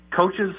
coaches